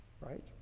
Right